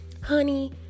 Honey